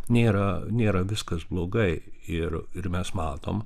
nėra nėra viskas blogai ir ir mes matom